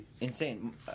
Insane